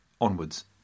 onwards